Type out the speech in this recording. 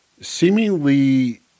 seemingly